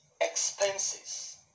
expenses